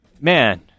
Man